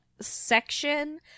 section